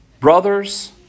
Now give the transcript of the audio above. Brothers